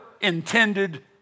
intended